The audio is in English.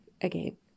again